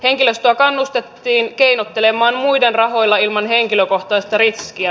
henkilöstöä kannustettiin keinottelemaan muiden rahoilla ilman henkilökohtaista riskiä